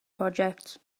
projects